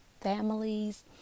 families